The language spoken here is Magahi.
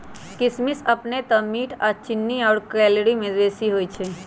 किशमिश अपने तऽ मीठ आऽ चीन्नी आउर कैलोरी में बेशी होइ छइ